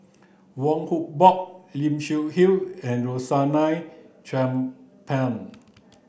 Wong Hock Boon Lim Seok Hui and Rosaline Chan Pang